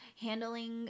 handling